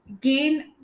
gain